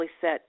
set